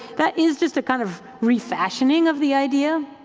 that is just a kind of refashioning of the idea,